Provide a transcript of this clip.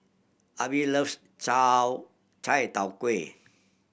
Arbie loves chow chai tow kway